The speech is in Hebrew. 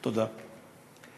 תודה.